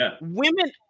women